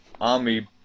army